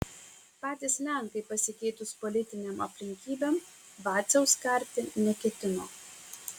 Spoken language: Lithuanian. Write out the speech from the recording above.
patys lenkai pasikeitus politinėm aplinkybėm vaciaus karti neketino